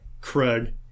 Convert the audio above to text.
Craig